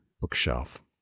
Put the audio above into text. bookshelf